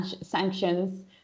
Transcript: sanctions